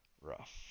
Rough